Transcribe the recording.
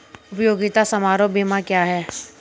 उपयोगिता समारोह बीमा क्या है?